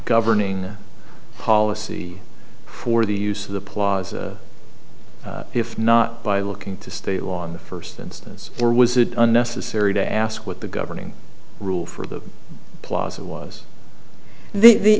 governing policy for the use of the plaza if not by looking to state law in the first instance or was it unnecessary to ask what the governing rule for the plaza was the